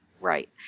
Right